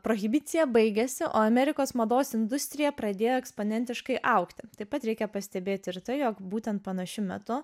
prohibicija baigėsi o amerikos mados industrija pradėjo eksponentiškai augti taip pat reikia pastebėti ir tai jog būtent panašiu metu